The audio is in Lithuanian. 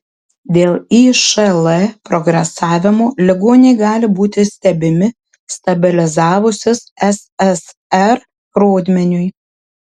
dėl išl progresavimo ligoniai gali būti stebimi stabilizavusis ssr rodmeniui